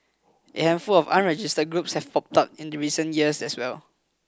a handful of other unregistered groups have popped up in the recent years as well